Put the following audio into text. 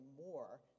more